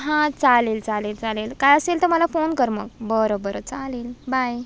हां चालेल चालेल चालेल काय असेल तर मला फोन कर मग बरं बरं चालेल बाय